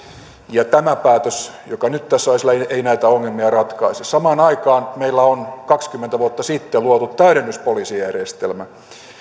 ja tämä päätös joka nyt tässä on esillä ei näitä ongelmia ratkaise samaan aikaan meillä on kaksikymmentä vuotta sitten luotu täydennyspoliisijärjestelmä